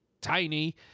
tiny